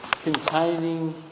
Containing